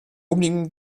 umliegenden